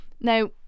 Now